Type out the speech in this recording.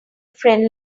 friend